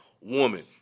woman